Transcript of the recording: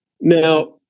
Now